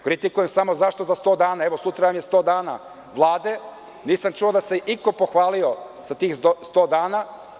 Kritikujem samo zašto za 100 dana, evo, sutra vam je sto dana Vlade, nisam čuo da se iko pohvalio za tih 100 dana.